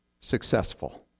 successful